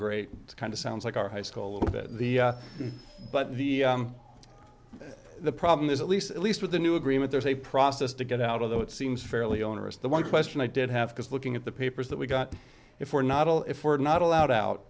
great it's kind of sounds like our high school a little bit but the the problem is at least at least with the new agreement there's a process to get out of though it seems fairly onerous the one question i did have because looking at the papers that we got if we're not all if we're not allowed out